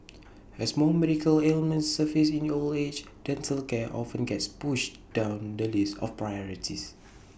as more medical ailments surface in old age dental care often gets pushed down the list of priorities